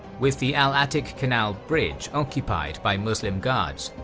with the al-atiq canal bridge occupied by muslim guards,